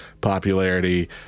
popularity